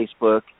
Facebook